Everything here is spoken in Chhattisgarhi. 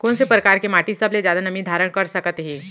कोन से परकार के माटी सबले जादा नमी धारण कर सकत हे?